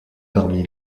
parmi